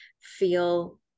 feel